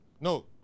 No